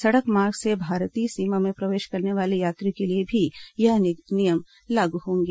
सड़क मार्ग से भारतीय सीमा में प्रवेश करने वाले यात्रियों के लिए भी यह नियम लागू होंगे